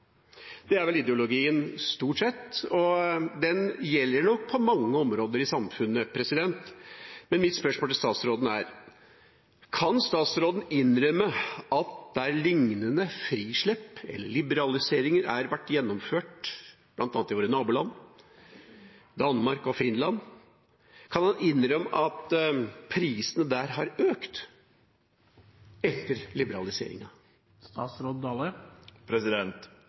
Det er vel ideologien, stort sett, og den gjelder nok på mange områder i samfunnet. Mitt spørsmål til statsråden er: Kan han innrømme at der lignende frislipp eller liberaliseringer har vært gjennomført, bl.a. i våre naboland Danmark og Finland, har prisene økt etter